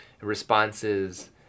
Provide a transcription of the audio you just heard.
responses